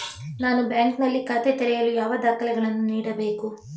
ನಾನು ಬ್ಯಾಂಕ್ ನಲ್ಲಿ ಖಾತೆ ತೆರೆಯಲು ಯಾವ ದಾಖಲೆಗಳನ್ನು ನೀಡಬೇಕು?